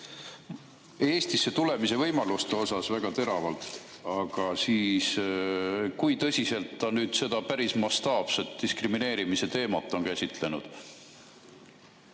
Eestisse tulemise võimaluste kohta, aga kui tõsiselt ta seda päris mastaapset diskrimineerimise teemat on käsitlenud?